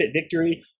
victory